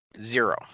Zero